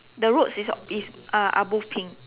the roads is is uh are both pink